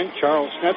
Charles